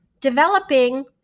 developing